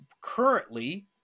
currently